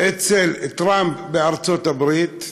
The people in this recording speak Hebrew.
אצל טראמפ בארצות-הברית,